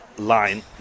Line